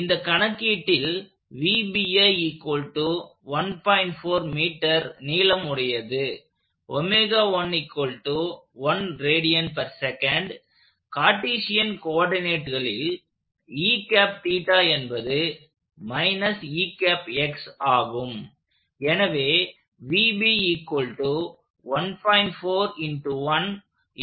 இந்த கணக்கீட்டில் நீளமுடையது கார்டீஷியன் கோஆர்டினேட்களில் என்பது ஆகும்